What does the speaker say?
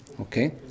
Okay